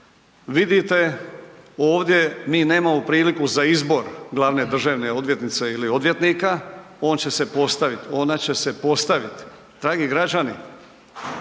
vidite ovdje mi nemamo priliku za izbor glavne državne odvjetnice ili odvjetnika, ona će se postavit. Dragi građani,